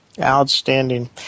Outstanding